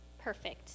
perfect